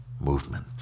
movement